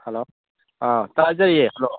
hello ꯑꯥ ꯇꯥꯖꯩꯌꯦ hello